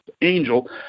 angel